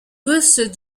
russe